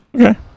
okay